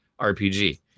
RPG